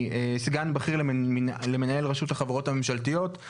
סגן בכיר למנהל רשות החברות הממשלתיות,